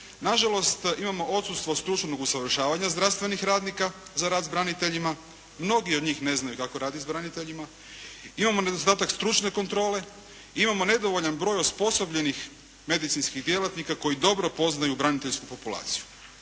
Na žalost imamo odsutnost stručnog usavršavanja zdravstvenih radnika za rad s braniteljima, mnogi od njih ne znaju kako raditi s braniteljima, imamo nedostatak stručne kontrole, imamo nedovoljan broj osposobljenih medicinskih djelatnika koji dobro poznaju braniteljsku populaciju.